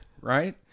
right